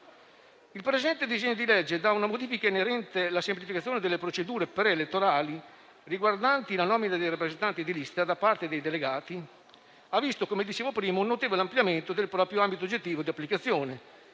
il presente disegno di legge, da una modifica inerente la semplificazione delle procedure pre-elettorali riguardanti la nomina dei rappresentanti di lista da parte dei delegati, ha visto un notevole ampliamento del proprio ambito oggettivo di applicazione,